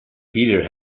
peter